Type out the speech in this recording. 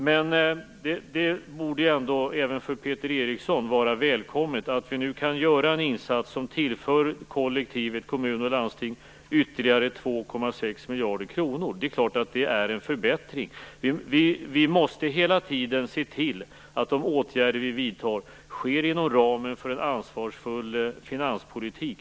Men det borde även för Peter Eriksson vara välkommet att vi nu kan göra en insats som tillför kollektivet kommun och landsting ytterligare 2,6 miljarder kronor. Det är klart att det är en förbättring. Vi måste hela tiden se till att de åtgärder vi vidtar sker inom ramen för en ansvarsfull finanspolitik.